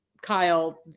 Kyle